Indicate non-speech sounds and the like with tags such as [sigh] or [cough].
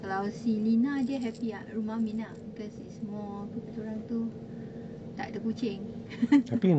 kalau si lina dia happy kat rumah amin ah because it's more apa orang tu tak ada kucing [laughs]